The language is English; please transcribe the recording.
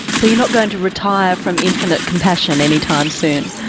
so you're not going to retire from infinite compassion any time soon.